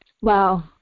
Wow